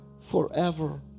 forever